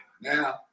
now